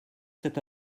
cet